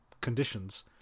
conditions